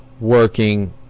working